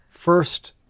First